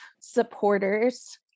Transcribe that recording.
supporters